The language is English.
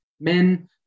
Men